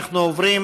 אנחנו עוברים